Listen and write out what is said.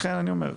לכן אני אומר,